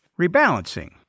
rebalancing